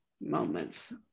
moments